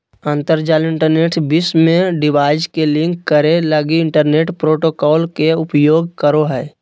अंतरजाल इंटरनेट विश्व में डिवाइस के लिंक करे लगी इंटरनेट प्रोटोकॉल के उपयोग करो हइ